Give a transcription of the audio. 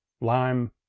lime